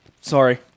Sorry